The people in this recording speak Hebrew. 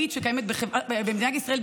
כולם עושים רק רע למדינת ישראל.